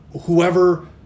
whoever